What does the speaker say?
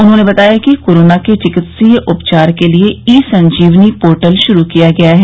उन्होंने बताया कि कोरोना के चिकित्सकीय उपचार के लिए ई संजीवनी पोर्टल शुरू किया गया है